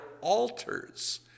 altars